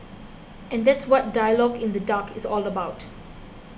and that's what Dialogue in the Dark is all about